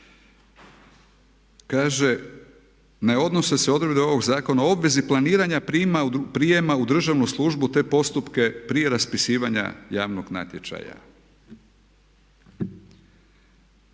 1. ne odnose se odredbe ovog zakona o obvezi planiranja prijema u državnu službu te postupke prije raspisivanja javnog natječaja.“